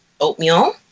oatmeal